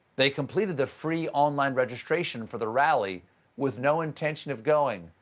they completed the free online registration for the rally with no intention of going.